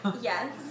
Yes